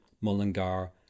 Mullingar